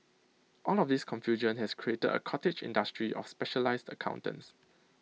all of this confusion has created A cottage industry of specialised accountants